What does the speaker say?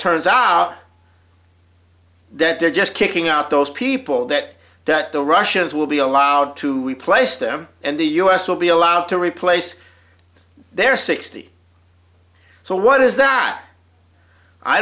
turns out that they're just kicking out those people that that the russians will be allowed to replace them and the u s will be allowed to replace their sixty so what is that i